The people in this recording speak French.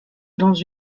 dans